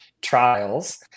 trials